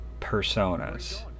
Personas